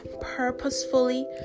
purposefully